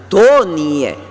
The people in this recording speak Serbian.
To nije.